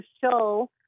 show